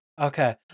Okay